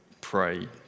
pray